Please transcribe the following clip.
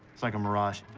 like a mirage.